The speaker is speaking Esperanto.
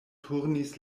turnis